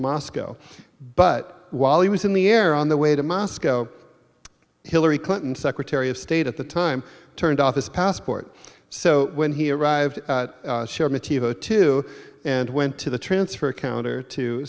moscow but while he was in the air on the way to moscow hillary clinton's secretary of state at the time turned off his passport so when he arrived at sheremetyevo two and went to the transfer counter to